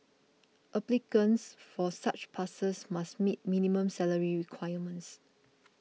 applicants for such passes must meet minimum salary requirements